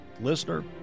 listener